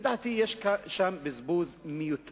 לדעתי יש שם בזבוז מיותר.